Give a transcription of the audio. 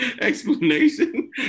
explanation